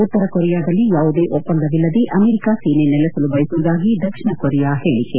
ಉತ್ತರ ಕೊರಿಯಾದಲ್ಲಿ ಯಾವುದೇ ಒಪ್ಪಂದವಿಲ್ಲದೆ ಅಮೆರಿಕಾ ಸೇನೆ ನೆಲೆಸಲು ಬಯಸುವುದಾಗಿ ದಕ್ಷಿಣ ಕೊರಿಯಾ ಹೇಳಿಕೆ